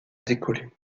décoller